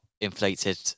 inflated